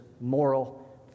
moral